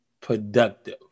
productive